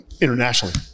internationally